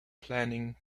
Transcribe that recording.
planning